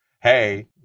hey